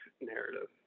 narrative